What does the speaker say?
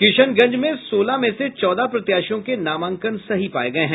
किशनगंज में सोलह में से चौदह प्रत्याशियों के नामांकन सही पाये गये हैं